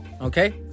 okay